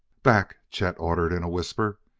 back! chet ordered in a whisper.